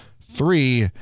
Three